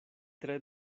tre